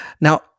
now